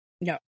No